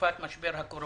בתקופת משבר הקורונה.